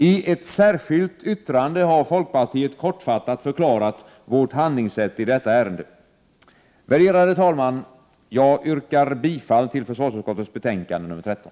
I ett särskilt yttrande har folkpartiet kortfattat förklarat sitt handlingssätt i detta ärende. Värderade talman! Jag yrkar bifall till försvarsutskottets betänkande nr 13.